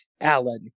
Alan